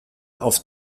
auf